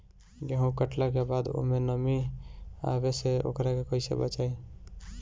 गेंहू कटला के बाद ओमे नमी आवे से ओकरा के कैसे बचाई?